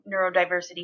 neurodiversity